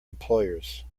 employers